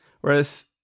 whereas